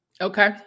Okay